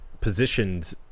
positioned